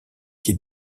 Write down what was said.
qui